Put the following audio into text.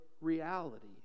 reality